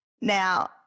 now